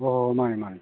ꯍꯣꯏ ꯍꯣꯏ ꯃꯥꯟꯅꯤ ꯃꯥꯟꯅꯤ